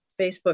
facebook